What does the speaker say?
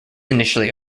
initially